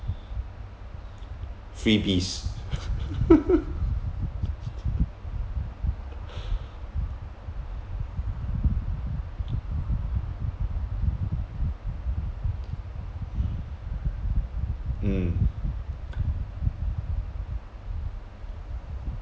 freebies mm